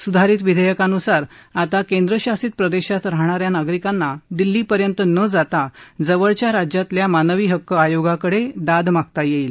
सुधारित विधेयकानुसार आता केंद्रशासित प्रदेशात राहणा या नागरिकांना दिल्लीपर्यंत न जाता जवळच्या राज्यातल्या मानवी हक्क आयोगाकडे दाद मागता येईल